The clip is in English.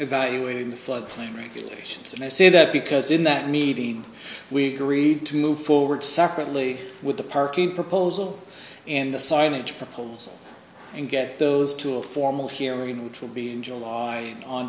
evaluating the floodplain regulations and i say that because in that meeting we agreed to move forward separately with the parking proposal and the signage proposal and get those to a formal hearing which will be in july on